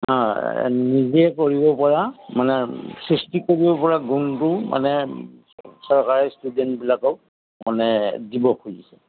নিজে কৰিব পৰা মানে সৃষ্টি কৰিব পৰা গুনটো মানে চৰকাৰে ষ্টুডেণ্টবিলাকক মানে দিব খুজিছে